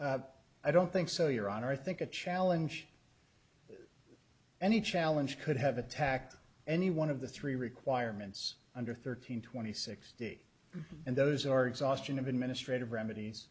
c i don't think so your honor i think the challenge any challenge could have attacked any one of the three requirements under thirteen twenty sixty and those are exhaustion of administrative remedies